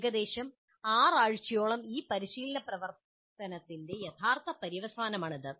ഏകദേശം 6 ആഴ്ചയോളം ഈ പരിശീലന പ്രവർത്തനത്തിന്റെ യഥാർത്ഥ പര്യവസാനമാണിത്